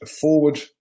forward